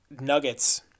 Nuggets